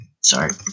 Sorry